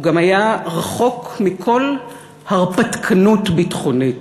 הוא גם היה רחוק מכל הרפתקנות ביטחונית.